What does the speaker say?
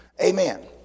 Amen